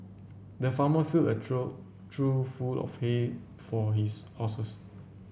the farmer filled a trough trough full of hay for his horses